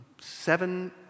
seven